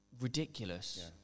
ridiculous